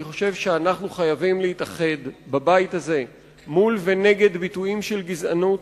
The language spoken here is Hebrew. אני חושב שאנחנו חייבים להתאחד בבית הזה מול ונגד ביטויים של גזענות.